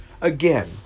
again